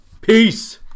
Peace